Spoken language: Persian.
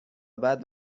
بعد